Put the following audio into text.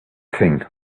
thing